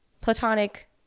Platonic